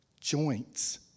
joints